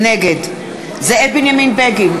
נגד זאב בנימין בגין,